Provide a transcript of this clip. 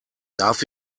darf